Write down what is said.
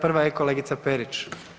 Prva je kolegica Perić.